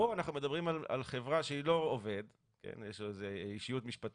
אנחנו מדברים כאן על הפעלה של אמצעים שלטוניים על ידי גופים